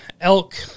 elk